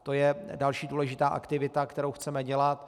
To je další důležitá aktivita, kterou chceme dělat.